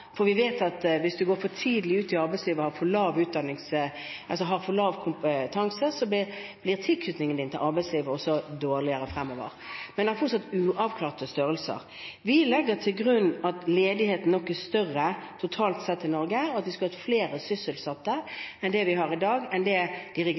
for vi vet at hvis man går for tidlig ut i arbeidslivet og har for lav kompetanse, blir tilknytningen til arbeidslivet også dårligere fremover. Men det er fortsatt uavklarte størrelser. Vi legger til grunn at ledigheten nok er større totalt sett i Norge, og at vi skulle hatt flere sysselsatt enn det vi har i dag, flere enn det de